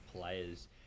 players